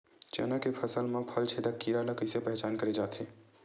चना के फसल म फल छेदक कीरा ल कइसे पहचान करे जाथे?